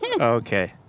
okay